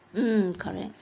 hmm correct